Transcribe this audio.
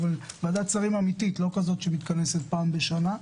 אבל לא כזו שמתכנסת פעם בשנה.